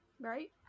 Right